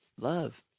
Love